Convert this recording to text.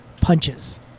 punches